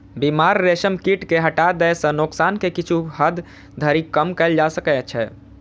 बीमार रेशम कीट कें हटा दै सं नोकसान कें किछु हद धरि कम कैल जा सकै छै